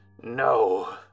No